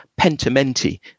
pentimenti